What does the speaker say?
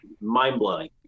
mind-blowing